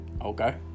Okay